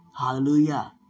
Hallelujah